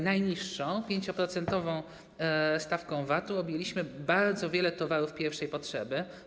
Najniższą, 5-procentową stawką VAT-u objęliśmy bardzo wiele towarów pierwszej potrzeby.